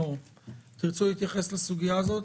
תרצו להתייחס לסוגיה הזאת?